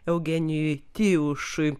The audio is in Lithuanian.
eugenijui tijušui